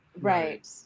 Right